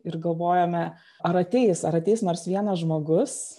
ir galvojome ar ateis ar ateis nors vienas žmogus